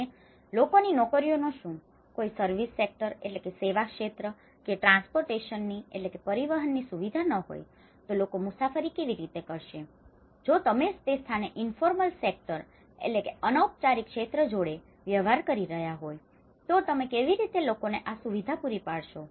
અને લોકોની નોકરીઓનું શું કોઈ સર્વિસ સેક્ટર service sector સેવા ક્ષેત્ર કે ટ્રાન્સપોર્ટટેશનની transportation પરિવહન સુવિધા ન હોય તો લોકો મુસાફરી કેવી રીતે કરશે જો તમે જ તે સ્થાને ઇન્ફોર્મલ સેક્ટર informal sector અનૌપચારિક ક્ષેત્ર જોડે વ્યવહાર કરી રહ્યા હોય તો તમે કેવી રીતે લોકોને આ સુવિધા પૂરી પાડશો